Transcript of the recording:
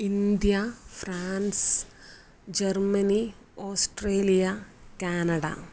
India France Germany Australia Canada